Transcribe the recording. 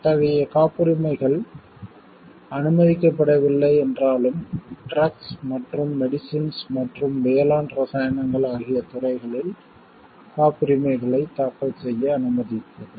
அத்தகைய காப்புரிமைகள் அனுமதிக்கப்படவில்லை என்றாலும் ட்ரக்ஸ் மற்றும் மெடிசின்ஸ் மற்றும் வேளாண் இரசாயனங்கள் ஆகிய துறைகளில் காப்புரிமைகளை தாக்கல் செய்ய அனுமதித்தது